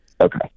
Okay